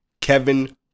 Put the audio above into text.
Kevin